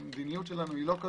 זו לא המדיניות שלנו.